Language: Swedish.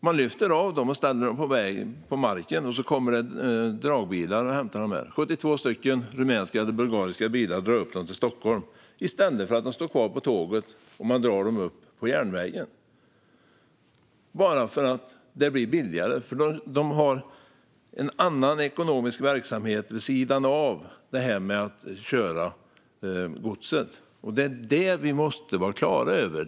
De lyfts av och ställs på marken, och så kommer det dragbilar och hämtar dem. 72 rumänska eller bulgariska bilar drar upp trailrarna till Stockholm i stället för att de står kvar på tåget och dras på järnvägen - bara för att det blir billigare. Man har nämligen en annan ekonomisk verksamhet vid sidan av detta med att köra godset, och det är det vi måste vara klara över.